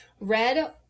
Red